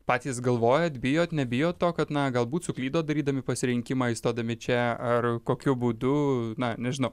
patys galvojat bijot nebijot to kad na galbūt suklydot darydami pasirinkimą įstodami čia ar kokiu būdu na nežinau